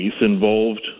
involved